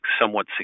somewhat